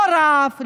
לא רב,